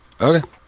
Okay